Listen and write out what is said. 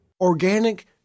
Organic